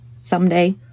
someday